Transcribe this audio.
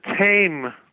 tame